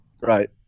Right